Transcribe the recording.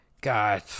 God